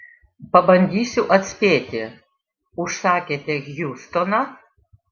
pabandysiu atspėti užsakėte hjustoną